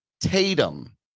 Tatum